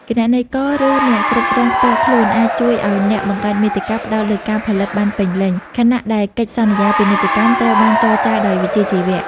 គណនេយ្យករ ឬអ្នកគ្រប់គ្រងផ្ទាល់ខ្លួន អាចជួយឱ្យអ្នកបង្កើតមាតិកាផ្តោតលើការផលិតបានពេញលេញ ខណៈដែលកិច្ចសន្យាពាណិជ្ជកម្មត្រូវបានចរចាដោយវិជ្ជាជីវៈ។